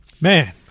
Man